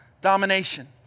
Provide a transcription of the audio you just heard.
Domination